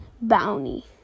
Bounty